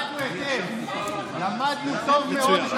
אתם טרולים.